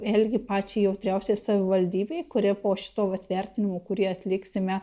vėlgi pačiai jautriausiai savivaldybei kuri po šituo vat vertinimu kurį atliksime